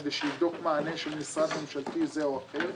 כדי שיבדוק מענה של משרד ממשלתי זה או אחר.